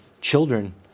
children